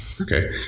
Okay